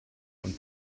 und